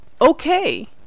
okay